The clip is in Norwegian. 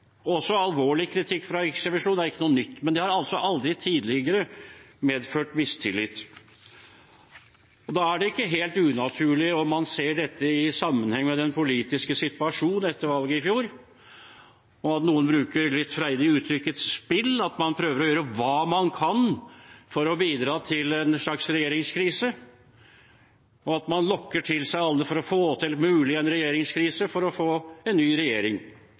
også alvorlig kritikk, fra Riksrevisjonen, er ikke noe nytt, men det har altså aldri tidligere medført mistillit. Da er det ikke helt unaturlig, om man ser dette i sammenheng med den politiske situasjon etter valget i fjor, at noen bruker det litt freidige uttrykket «spill», at man prøver å gjøre hva man kan for å bidra til en slags regjeringskrise, og at man lokker til seg alle for å få til en mulig regjeringskrise for å få en ny regjering.